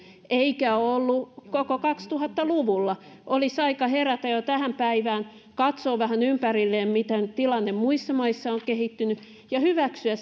eikä ole ollut koko kaksituhatta luvulla olisi aika herätä jo tähän päivään katsoa vähän ympärilleen miten tilanne muissa maissa on kehittynyt ja hyväksyä